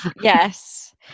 Yes